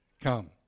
come